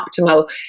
optimal